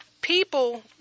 People